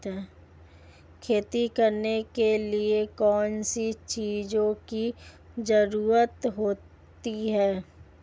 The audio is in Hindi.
खेती करने के लिए कौनसी चीज़ों की ज़रूरत होती हैं?